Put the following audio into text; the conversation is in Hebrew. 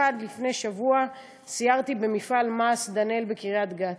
1. לפני שבוע סיירתי במפעל מע"ש "דנאל" בקריית-גת